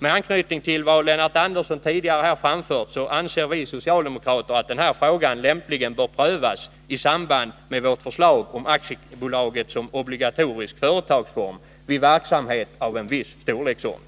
Jag vill anknyta till vad Lennart Andersson tidigare framfört och framhålla att vi socialdemokrater anser att den här frågan lämpligen bör prövas i samband med vårt förslag om aktiebolaget som obligatorisk företagsform vid verksamhet av en viss storleksordning.